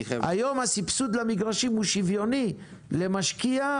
היום הסבסוד למגרשים הוא שוויוני למשקיע,